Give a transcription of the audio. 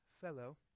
fellow